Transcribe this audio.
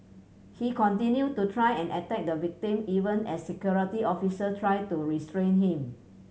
he continued to try and attack the victim even as security officer tried to restrain him